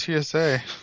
TSA